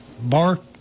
bark